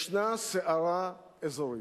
ישנה סערה אזורית.